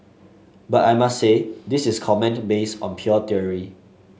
but I must say this is comment based on pure theory